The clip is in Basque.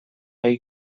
gai